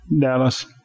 Dallas